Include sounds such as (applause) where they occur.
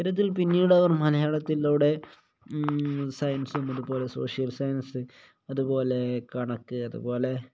(unintelligible) ൽ പിന്നീട് അവർ മലയാളത്തിലൂടെ സയൻസും അതുപോലെ സോഷ്യൽ സയൻസ് അതുപോലെ കണക്ക് അതുപോലെ